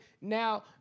Now